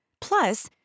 Plus